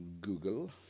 Google